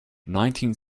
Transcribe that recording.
nineteen